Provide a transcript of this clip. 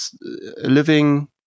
living